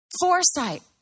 Foresight